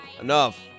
enough